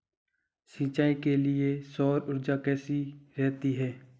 सिंचाई के लिए सौर ऊर्जा कैसी रहती है?